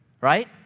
right